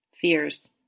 Fears